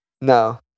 No